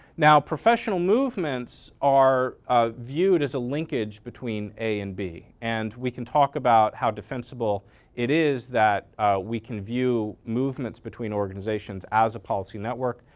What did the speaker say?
now, professional movements are viewed as a linkage between a and b and we can talk about how defensible it is that we can view movements between organizations as a policy network.